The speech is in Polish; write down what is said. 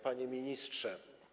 Panie Ministrze!